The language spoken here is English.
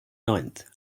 ninth